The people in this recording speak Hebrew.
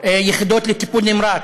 יחידות לטיפול נמרץ.